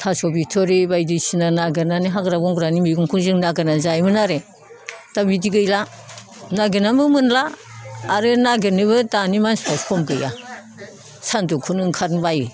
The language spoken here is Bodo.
थास' बिथ'रि बायदिसिना नागिरनानै हाग्रा बंग्रानि मैगंखौ जों नागिरनानै जायोमोन आरो दा बिदि गैला नागिरनाबो मोनला आरो नागिरनोबो दानि मानसिफ्रा सम गैया सान्दुंखोनो ओंखारनो बायो